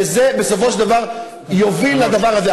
זה בסופו של דבר יוביל לדבר הזה.